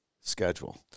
schedule